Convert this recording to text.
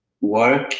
work